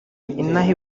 inaha